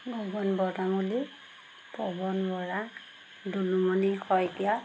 Gagan Bortamuli Pawan Bora Dulumoni Saikia